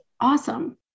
awesome